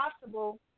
possible